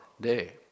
day